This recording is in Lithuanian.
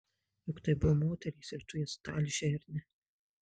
juk tai buvo moterys ir tu jas talžei ar ne